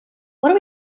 what